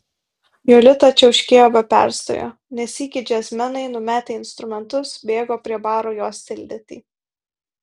jolita čiauškėjo be perstojo ne sykį džiazmenai numetę instrumentus bėgo prie baro jos tildyti